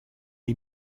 est